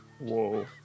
Whoa